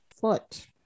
foot